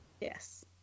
Yes